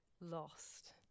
lost